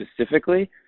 specifically